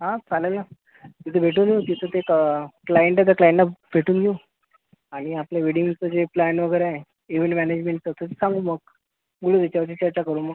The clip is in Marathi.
हा चालेल ना तिथे भेटून तिथं एक क्लायंट आहे त्या क्लायंटला भेटून घेऊ आनि आपलं वेडिंगचं जे प्लॅन वगैरे आहे इवेंट मॅनेजमेंटचं ते सांगू मग बोलू त्याच्यावरती चर्चा करू मग